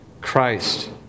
Christ